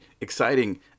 exciting